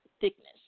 thickness